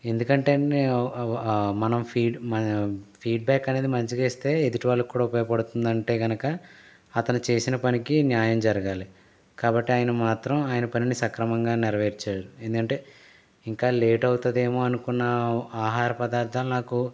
ఎందుకంటే మనం ఫీడ్ మనం ఫీడ్ బ్యాక్ అనేది మంచిగా ఇస్తే ఎదుటి వాళ్ళకి కూడా ఉపయోగపడుతుంది అంటే కనుక అతను చేసిన పనికి న్యాయం జరగాలి కాబట్టి ఆయన మాత్రం ఆయన పనిని సక్రమంగా నెరవేర్చాడు ఏందంటే ఇంకా లేట్ అవుతుందేమో అనుకున్న ఆహార పదార్థాలు నాకు